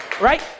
Right